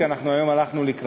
כי אנחנו היום הלכנו לקראתכם.